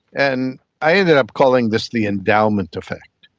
and i ended up calling this the endowment effect,